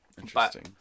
Interesting